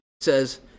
says